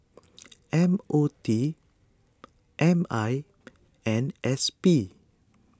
M O T M I and S P